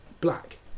black